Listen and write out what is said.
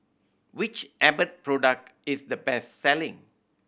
which Abbott product is the best selling